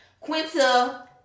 Quinta